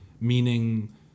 Meaning